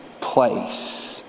place